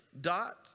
Dot